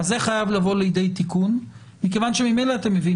אז זה חייב לבוא לידי תיקון מכיוון שממילא אתם מביאים